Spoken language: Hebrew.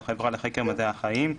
(7)